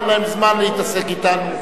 אין להם זמן להתעסק אתנו.